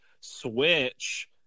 switch